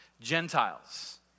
Gentiles